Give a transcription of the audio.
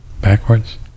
backwards